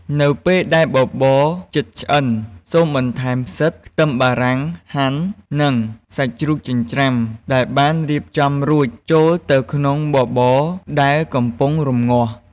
នៅពេលដែលបបរជិតឆ្អិន សូមបន្ថែម ផ្សិត ខ្ទឹមបារាំងហាន់ និង សាច់ជ្រូកចិញ្ច្រាំដែលបានរៀបចំរួច ចូលទៅក្នុងបបរដែលកំពុងរម្ងាស់។